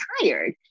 tired